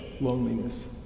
loneliness